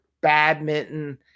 badminton